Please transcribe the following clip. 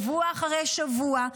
שבוע אחרי שבוע,